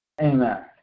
Amen